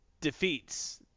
defeats